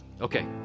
Okay